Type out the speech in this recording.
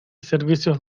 servicios